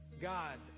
God